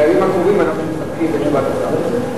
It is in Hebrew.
לימים הקרובים אנחנו מסתפקים בתשובת השר.